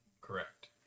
Correct